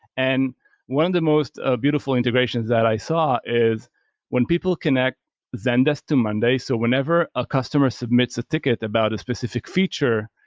and one of the most ah beautiful integrations that i saw is when people connect zendesk to monday, so whenever a customer submits a ticket about a specific feature.